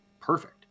perfect